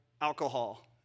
alcohol